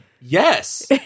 yes